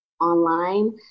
online